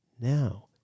Now